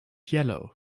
yellow